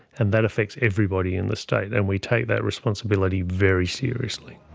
and that affects everybody in the state, and we take that responsibility very seriously.